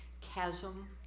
chasm